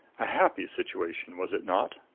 a happy situation, was it not?